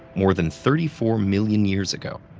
more than thirty four million years ago,